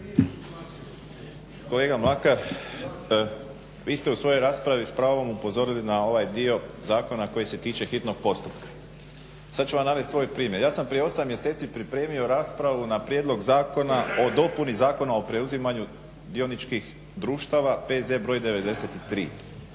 Kolega Mlakar, vi ste u svojoj raspravi spravom upozorili na ovaj dio zakona koji se tiče hitnog postupka. Sad ću vam navesti svoj primjer. Ja sam prije 8 mjeseci pripremio raspravu na Prijedlog zakona o dopuni Zakona o preuzimanju dioničkih društava, P.Z. br. 93.